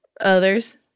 others